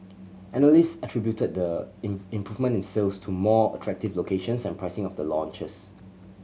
analyst attributed the improvement in sales to more attractive locations and pricing of the launches